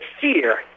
fear